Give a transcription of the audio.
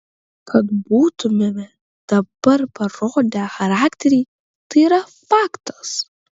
kad būtumėme dabar parodę charakterį tai yra faktas